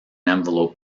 envelope